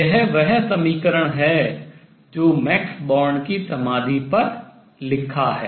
यह वह समीकरण है जो Max Born मैक्स बॉर्न की समाधि पर लिखा है